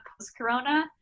post-corona